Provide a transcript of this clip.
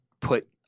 put